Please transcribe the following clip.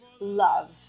love